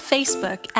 Facebook